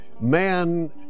man